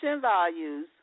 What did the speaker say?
values